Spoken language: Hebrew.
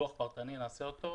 פילוח פרטני, נעשה אותו.